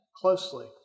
closely